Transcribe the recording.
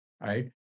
right